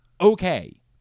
okay